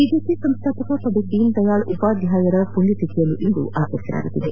BJP ಸಂಸ್ಥಾಪಕ ಪಂಡಿತ್ ದೀನ್ ದಯಾಳ್ ಉಪಾಧ್ಯಾಯ ಅವರ ಪುಣ್ಯತಿಥಿಯನ್ನು ಇಂದು ಆಚರಿಸಲಾಗುತ್ತಿದೆ